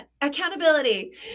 Accountability